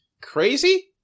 crazy